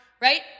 Right